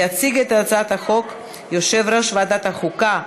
יציג את הצעת החוק יושב-ראש ועדת החוקה,